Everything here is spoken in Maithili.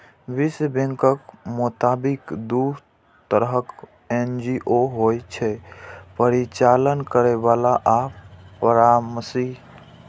विश्व बैंकक मोताबिक, दू तरहक एन.जी.ओ होइ छै, परिचालन करैबला आ परामर्शी